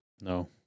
No